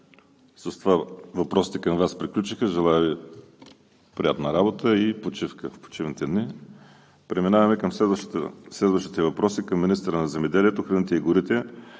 С това въпросите към Вас приключиха. Желая Ви приятна работа и почивка. Преминаваме към следващите въпроси към министъра на земеделието, храните и горите